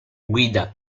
guida